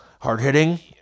Hard-hitting